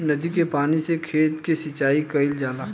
नदी के पानी से खेत के सिंचाई कईल जाला